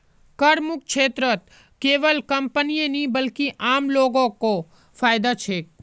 करमुक्त क्षेत्रत केवल कंपनीय नी बल्कि आम लो ग को फायदा छेक